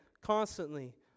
constantly